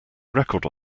record